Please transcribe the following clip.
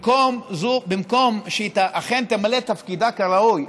במקום שהיא תמלא את תפקידה כראוי,